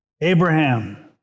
Abraham